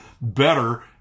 better